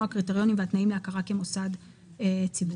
הקריטריונים והתנאים להכרה כמוסד ציבורי.